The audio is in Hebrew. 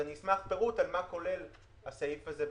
אני אשמח לדעת מה כולל הסעיף הזה.